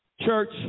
church